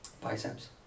Biceps